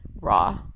raw